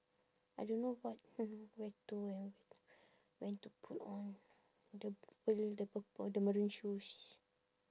I don't know what mm where to and when when to put on the purple the purple the maroon shoes